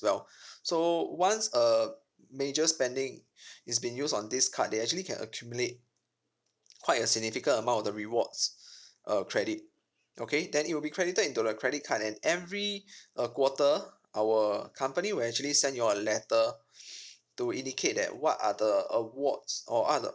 well so once a major spending is been used on this card they actually can accumulate quite a significant amount of the rewards uh credit okay then it will be credited into the credit card and every a quarter our company will actually send you all a letter to indicate that what are the awards or what are the